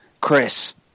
Chris